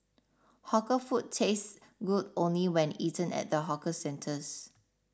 hawker food tastes good only when eaten at the hawker centres